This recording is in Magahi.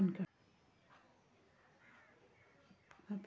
प्रचालानेर हिसाब से चायर कुछु ज़रूरी भेद बत्लाल जाहा